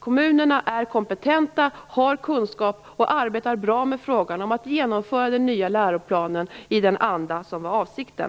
Kommunerna är kompetenta, har kunskap och arbetar bra med att genomföra den nya läroplanen i den anda som var avsikten.